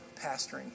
pastoring